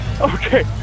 Okay